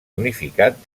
unificat